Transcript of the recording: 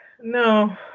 No